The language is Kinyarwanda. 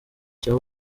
cya